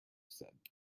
said